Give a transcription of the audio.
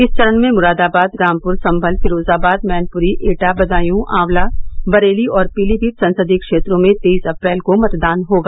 इस चरण में मुरादाबाद रामपुर सम्भल फिरोजाबाद मैनपुरी एटा बदायू ऑवला बरेली और पीलीभीत संसदीय क्षेत्रों में तेईस अप्रैल को मतदान होगा